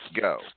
Go